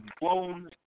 blown